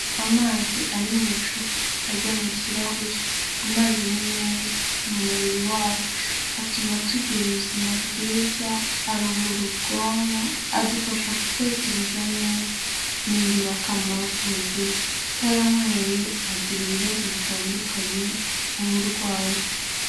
Amazi ari mu icupa ajya mu kirahure, amazi ni meza mu mubiri wacu atuma tugira ubuzima bwiza, aruhura ubwonko, adufasha gutekereza neza, ni ingirakamaro ku buzima. Utayanyweye agira ibibazo bitandukanye nk'uburwayi.